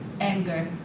anger